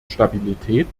stabilität